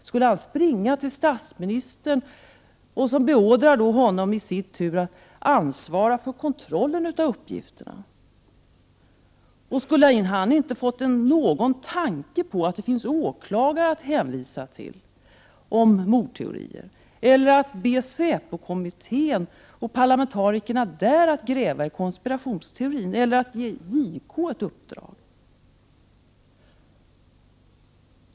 Skulle han springa till statsministern, som i sin tur beordrar honom att ansvara för kontrollen av uppgifterna? Och skulle denne inte ha fått någon tanke på att det finns åklagare att hänvisa till när det gäller mordteorier, eller på att be säpokommittén och parlamentarikerna där att gräva i konspirationsteorin, eller på att ge JK ett uppdrag?